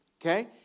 Okay